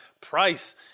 price